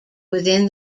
within